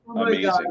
amazing